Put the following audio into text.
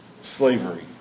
slavery